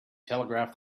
telegraph